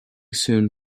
soon